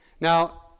Now